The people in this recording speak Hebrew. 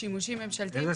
שימושים ממשלתיים,